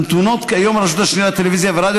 הנתונות היום לרשות השנייה לטלוויזיה ורדיו